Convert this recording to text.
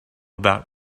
about